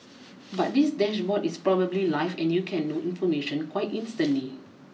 but this dashboard is probably live and you can know information quite instantly